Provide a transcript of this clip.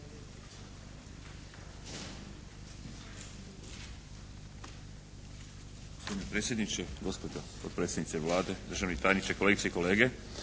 Hvala.